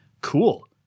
Cool